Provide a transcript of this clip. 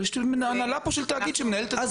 יש פה הנהלה של תאגיד שמנהלת את המקום הזה.